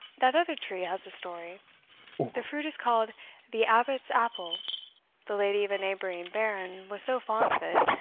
that other tree has a story the fruit is called the abbot's apple the lady of a neighbouring baron was so fond of it,